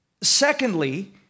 Secondly